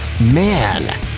Man